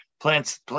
Plants